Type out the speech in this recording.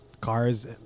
cars